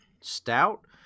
stout